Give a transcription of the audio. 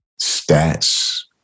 stats